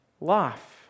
life